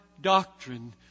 doctrine